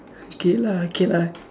okay lah okay lah